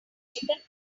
chicken